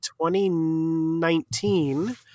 2019